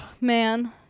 man